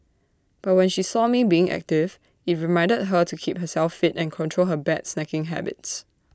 but when she saw me being active IT reminded her to keep herself fit and control her bad snacking habits